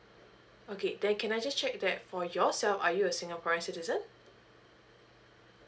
okay then can I just check that for yourself are you a singaporean citizen